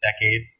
decade